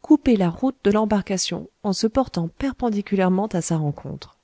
couper la route de l'embarcation en se portant perpendiculairement à sa rencontre